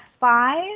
five